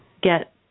get